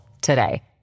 today